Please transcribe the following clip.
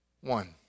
One